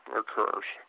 occurs